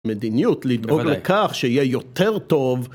מדיניות לדאוג לכך שיהיה יותר טוב